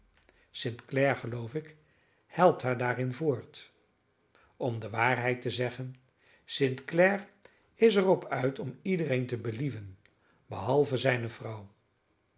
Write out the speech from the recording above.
clare geloof ik helpt haar daarin voort om de waarheid te zeggen st clare is er op uit om iedereen te believen behalve zijne vrouw